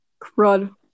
Crud